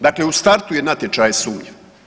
Dakle u startu je natječaj sumnjiv.